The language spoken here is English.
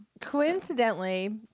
coincidentally